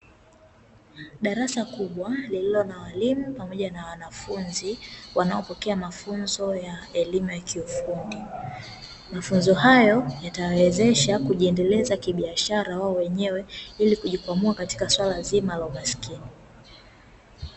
Darasa kubwa klililo na walimu pamoja na wanafunzi wanaopokea mafunzo ya elimu ya kiufundi, mafunzo hayo yatawawesha kujiendeleza kibiashara wao wenyewe ili kujikwamua katika swala zima la kiumaskini